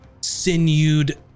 sinewed